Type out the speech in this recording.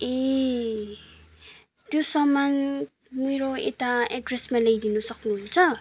ए त्यो सामान मेरो यता एड्रेसमा ल्याइदिनु सक्नुहुन्छ